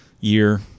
year